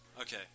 Okay